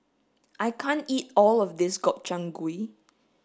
I can't eat all of this Gobchang gui